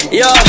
yo